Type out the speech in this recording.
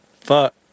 Fuck